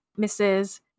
Mrs